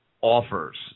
offers